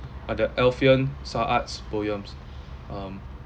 other alfian sa'at's poems um